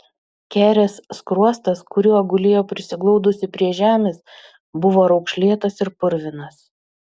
kerės skruostas kuriuo gulėjo prisiglaudusi prie žemės buvo raukšlėtas ir purvinas